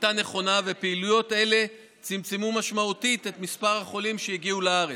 הייתה נכונה ופעילויות אלה צמצמו משמעותית את מספר החולים שהגיעו לארץ,